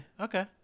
okay